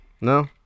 No